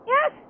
Yes